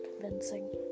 convincing